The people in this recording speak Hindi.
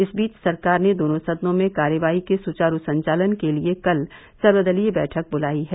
इस बीच सरकार ने दोनों सदनों में कार्यवाही के सुचारू संचालन के लिए कल सर्वदलीय बैठक बुलाई है